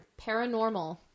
Paranormal